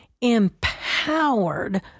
empowered